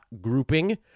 grouping